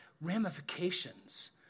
ramifications